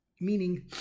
meaning